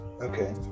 Okay